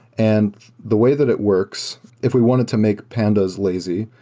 and the way that it works, if we wanted to make pandas lazy,